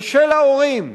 ושל ההורים,